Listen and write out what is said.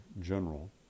general